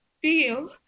feel